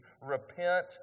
repent